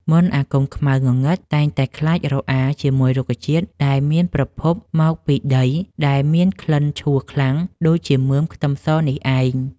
មន្តអាគមខ្មៅងងឹតតែងតែខ្លាចរអាជាមួយរុក្ខជាតិដែលមានប្រភពមកពីដីហើយមានក្លិនឆួលខ្លាំងដូចជាមើមខ្ទឹមសនេះឯង។